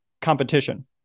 competition